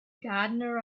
gardener